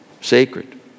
sacred